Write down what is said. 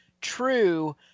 true